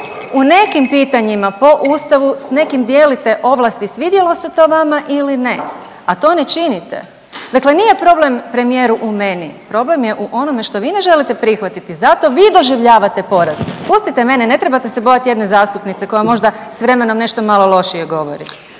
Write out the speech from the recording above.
U nekim pitanjima po Ustavu sa nekim dijelite ovlasti svidjelo se to vama ili ne, a to ne činite. Dakle, nije problem premijeru u meni, problem je u onome što vi ne želite prihvatiti, zato vi doživljavate poraz. Pustite mene, ne trebate se bojati jedne zastupnice koja možda s vremenom nešto malo lošije govori.